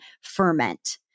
ferment